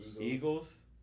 Eagles